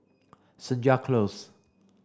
Senja Close